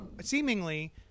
seemingly